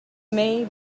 may